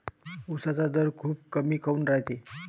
उसाचा दर खूप कमी काऊन रायते?